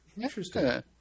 interesting